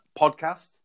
podcast